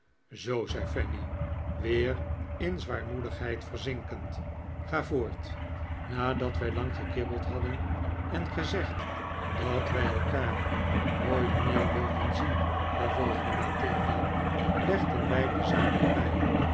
zoo zei fanny weer in zwaarmoedigheid verzinkend ga voort nadat wij lang gekibbeld hadden en gezegd dat wij elkaar nooit meer wilden zien vervolgde mathilda legden wij de zaak weer bij